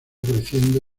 creciendo